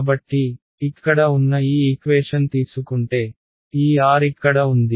కాబట్టి ఇక్కడ ఉన్న ఈ ఈక్వేషన్ తీసుకుంటే ఈ R ఇక్కడ ఉంది